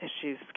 issues